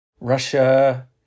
Russia